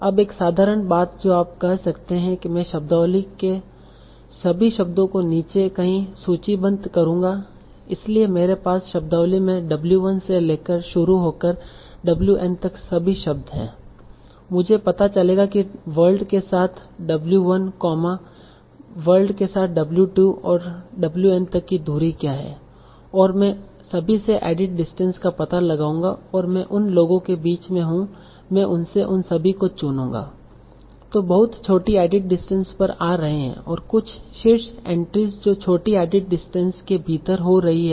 अब एक साधारण बात जो आप कह सकते हैं मैं शब्दावली के सभी शब्दों को नीचे कहीं सूचीबद्ध करूँगा इसलिए मेरे पास शब्दावली में w1 से शुरू होकर wn तक सभी शब्द हैं मुझे पता चलेगा कि world के साथ w1 world के साथ w2 और wn तक की दूरी क्या है और मैं सभी से एडिट डिस्टेंस का पता लगाऊंगा और मैं उन लोगों के बीच में हूँ मैं उनमें से उन सभी को चुनूंगा जो बहुत छोटी एडिट डिस्टेंस पर आ रहे हैं कुछ शीर्ष एंट्रीस जो छोटी एडिट डिस्टेंस के भीतर हो रही हैं